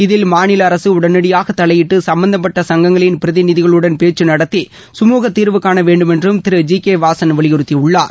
இதில் மாநில அரசு உடனடியாக தலையிட்டு சம்பந்தப்பட்ட சங்கங்களின் பிரதிநிதிகளுடன் பேச்சு நடத்தி சுமூக தீர்வு காண வேண்டுமென்றும் தீரு ஜி கே வாசன் வலியுறுத்தியுள்ளார்